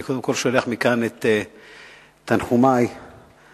אני קודם כול שולח מכאן את תנחומי למשפחה.